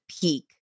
peak